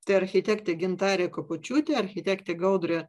tai architektė gintarė kapočiūtė architektė gaudrė